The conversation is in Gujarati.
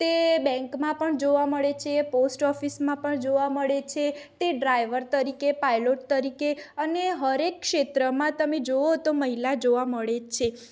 તે બેંકમાં પણ જોવા મળે છે પોસ્ટ ઓફીસમાં પણ જોવા મળે છે તે ડ્રાઈવર તરીકે પાઈલોટ તરીકે અને હર એક ક્ષેત્રમાં તમે જોવો તો મહિલા જોવા મળે જ છે